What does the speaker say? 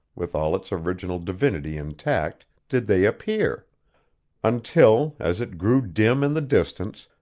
with all its original divinity intact, did they appear until, as it grew dim in the distance,